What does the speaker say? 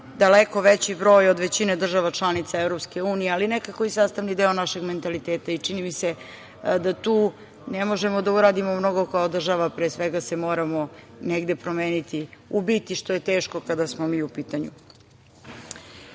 daleko veći broj od većine država članica EU, ali nekako i sastavni deo našeg mentaliteta. Čini mi se da tu ne možemo uradimo mnogo kao država, pre svega se moramo negde promeniti u biti, što je teško kada smo mi u pitanju. Uradila